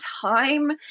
time